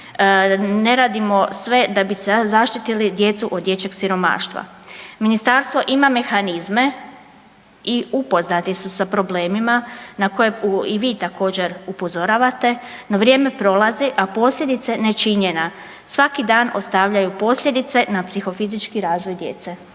ne radimo sve da bi se zaštitili djecu od dječjeg siromaštva. Ministarstvo ima mehanizme i upoznati su sa problemima na koje i vi također upozoravate. No, vrijeme prolazi a posljedice nečinjenja svaki dan ostavljaju posljedice na psihofizički razvoj djece.